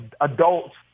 adults